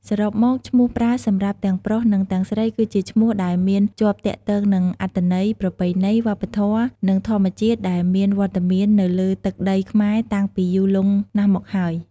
សរុបមក ឈ្មោះប្រើសម្រាប់ទាំងប្រុស និងទាំងស្រីគឺជាឈ្មោះដែលមានជាប់ទាក់ទងនឹងអត្ថន័យ ប្រពៃណី វប្បធម៌ និងធម្មជាតិដែលមានវត្តមាននៅលើទឹកដីខ្មែរតាំងពីយូរលង់ណាស់មកហើយ។